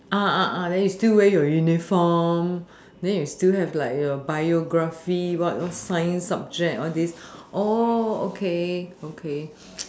then you still wear your uniform then you still have like your biography what what science subject all these